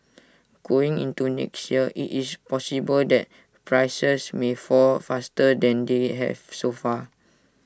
going into next year IT is possible that prices may fall faster than they have so far